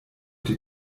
die